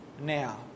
now